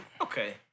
Okay